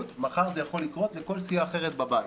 מחר זה יכול לקרות לכל סיעה אחרת בבית,